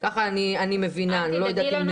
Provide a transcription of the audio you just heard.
ככה אני מבינה, אני לא יודעת.